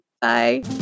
Bye